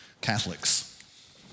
Catholics